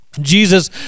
Jesus